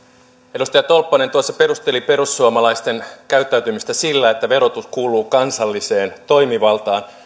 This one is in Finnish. edustaja tolppanen perusteli perussuomalaisten käyttäytymistä sillä että verotus kuuluu kansalliseen toimivaltaan